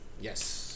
Yes